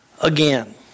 again